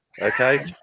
Okay